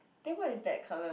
then what is that colour